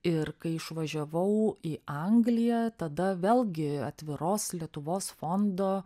ir kai išvažiavau į angliją tada vėlgi atviros lietuvos fondo